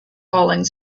falling